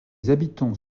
habitants